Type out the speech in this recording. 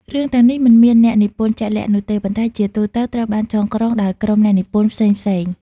រឿងទាំងនេះមិនមានអ្នកនិពន្ធជាក់លាក់នោះទេ ប៉ុន្តែជាទូទៅត្រូវបានចងក្រងដោយក្រុមអ្នកនិពន្ធផ្សេងៗ។